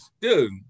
dude